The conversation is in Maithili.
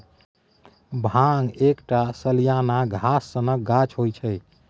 भांग एकटा सलियाना घास सनक गाछ होइ छै